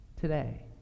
today